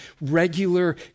regular